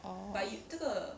orh